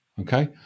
Okay